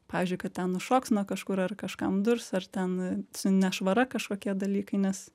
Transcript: pavyzdžiui kad ten nušoks nuo kažkur ar kažkam durs ar ten su nešvara kažkokie dalykai nes